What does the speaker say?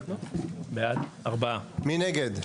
מי נגד?